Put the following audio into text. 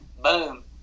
boom